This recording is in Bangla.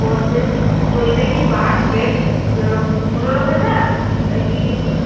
ফোর ডেজ তো এটা কি পার হেড পনেরো হাজার নাকি